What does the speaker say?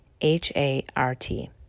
H-A-R-T